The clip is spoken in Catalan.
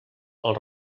els